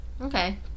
Okay